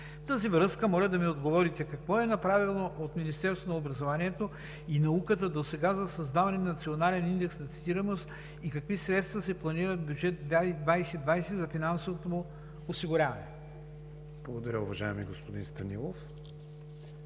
тази връзка моля да ми отговорите: какво е направено от Министерството на образованието и науката досега за създаване на Национален индекс на цитируемост и какви средства се планират в бюджет 2020 за финансовото му осигуряване? ПРЕДСЕДАТЕЛ КРИСТИАН ВИГЕНИН: Благодаря, уважаеми господин Станилов.